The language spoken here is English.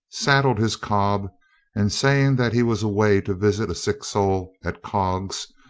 sad dled his cob and saying that he was away to visit a sick soul at cogges,